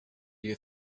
you